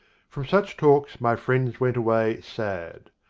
from such talks my friends went away sad.